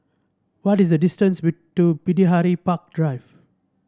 what is the distance to Bidadari Park Drive